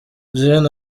gen